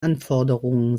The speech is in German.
anforderungen